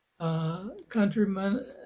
countrymen